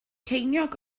ceiniog